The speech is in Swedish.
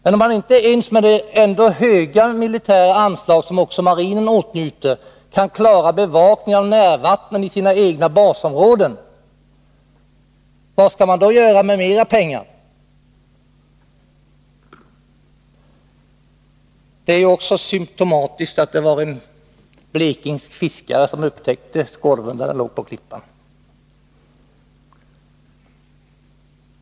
Men om man inte ens med det höga militära anslag som också marinen åtnjuter kan klara bevakningen av närvattnen kring sina egna basområden, vad skall man då göra med mer pengar? Det är symtomatiskt att det var en blekingsk fiskare som upptäckte skorven, där den låg på klippan.